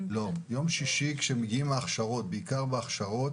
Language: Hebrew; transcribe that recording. בעיקר בהכשרות,